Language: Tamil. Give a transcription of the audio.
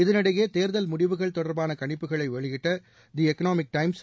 இதனிடையே தேர்தல் முடிவுகள் தொடர்பான கணிப்புகளை வெளியிட்ட தி எக்னாமிக் டைம்ஸ்